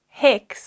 hex